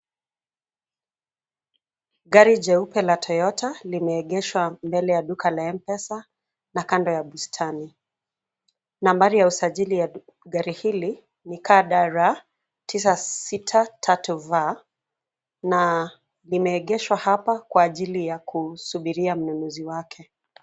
Gari jeupe la toyota limeegeshwa mbele ya duka la Mpesa na kando ya bustani. Nambari ya usajili ya gari hili ni kdr tisa sita tatu v na limeegeshwa hapa kwa ajili ya kusubiria mnunuzi wake.